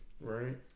Right